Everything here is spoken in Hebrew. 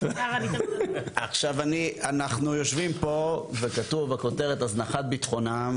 אנחנו יושבים פה וכתוב בכותרת "הזנחת ביטחונם",